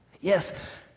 Yes